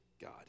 God